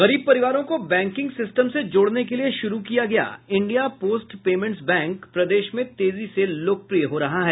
गरीब परिवारों को बैंकिंग सिस्टम से जोड़ने के लिए शुरु किया गया इंडिया पोस्ट पेमेंट्स बैंक प्रदेश में तेजी से लोकप्रिय हो रहा है